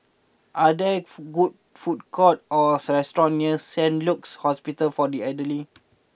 are there food good food courts or restaurants near Saint Luke's Hospital for the Elderly